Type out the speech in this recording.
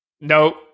Nope